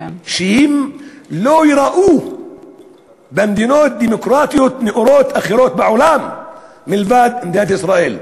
שהם לא ייראו במדינות דמוקרטיות נאורות אחרות בעולם מלבד במדינת ישראל?